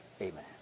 Amen